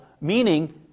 meaning